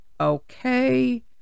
okay